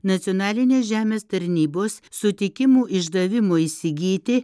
nacionalinės žemės tarnybos sutikimų išdavimo įsigyti